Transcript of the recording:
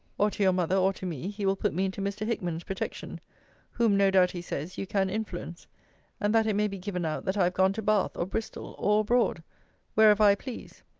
or to your mother, or to me, he will put me into mr. hickman's protection whom, no doubt he says, you can influence and that it may be given out, that i have gone to bath, or bristol, or abroad wherever i please.